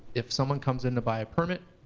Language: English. if someone comes in to buy a permit,